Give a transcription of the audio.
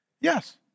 Yes